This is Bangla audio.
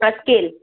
আর স্কেল